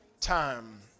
time